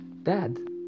Dad